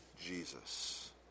Jesus